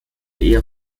eher